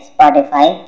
Spotify